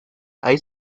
ahí